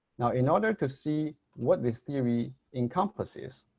now in order to see what this theory encompasses,